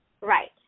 Right